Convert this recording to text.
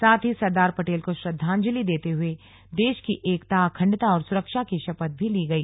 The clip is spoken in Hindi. साथ ही सरदार पटेल को श्रद्वांजलि देते हुए देश की एकता अखण्डता और सुरक्षा की शपथ ली गई